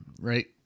Right